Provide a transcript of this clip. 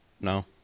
No